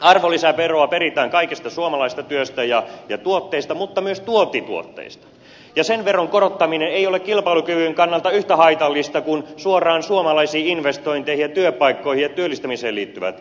arvonlisäveroa peritään kaikesta suomalaisesta työstä ja tuotteista mutta myös tuontituotteista ja sen veron korottaminen ei ole kilpailukyvyn kannalta yhtä haitallista kuin suoraan suomalaisiin investointeihin ja työpaikkoihin ja työllistämiseen liittyvät verot